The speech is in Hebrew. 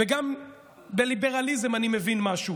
וגם בליברליזם אני מבין משהו.